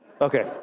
Okay